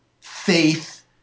faith